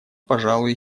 пожалуй